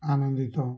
ଆନନ୍ଦିତ